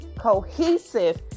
cohesive